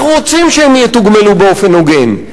אנחנו רוצים שהם יתוגמלו באופן הוגן.